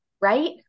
Right